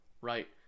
right